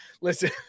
Listen